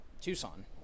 Tucson